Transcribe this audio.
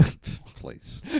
Please